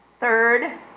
Third